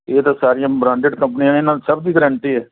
ਇਹ ਤਾਂ ਸਾਰੀਆਂ ਬਰਾਂਡਿਡ ਕੰਪਨੀਆਂ ਨੇ ਇਹਨਾਂ ਦੇ ਸਭ ਦੀ ਗਰੰਟੀ ਹੈ